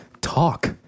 talk